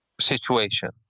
situation